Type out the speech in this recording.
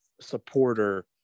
supporter